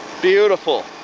beautiful.